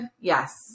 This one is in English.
yes